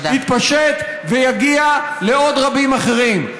יתפשט ויגיע לעוד רבים אחרים.